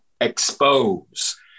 expose